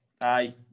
Aye